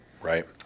Right